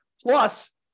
Plus